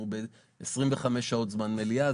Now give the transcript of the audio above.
25 שעות זמן מליאה.